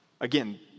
Again